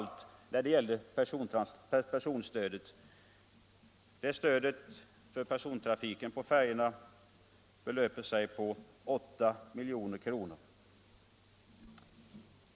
När det gällde personstödet satsade vi framför allt på färjetrafiken, och det stödet uppgår till 8 milj.kr.